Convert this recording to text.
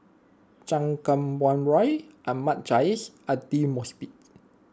Chan Kum Wah Roy Ahmad Jais Aidli Mosbit